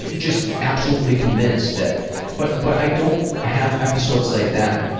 just absolutely convinced that but but i don't have episodes like that